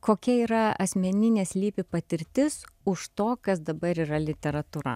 kokia yra asmeninė slypi patirtis už to kas dabar yra literatūra